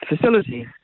facilities